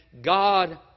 God